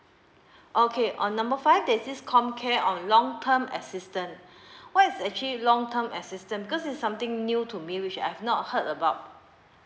okay on number five that this com care on long term assistant what is actually long term assistant because it's something new to me which I've not heard about